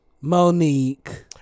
Monique